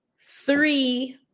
three